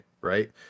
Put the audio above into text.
right